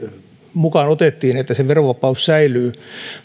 mukaan otettiin että sen verovapaus säilyy